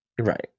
Right